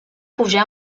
pujar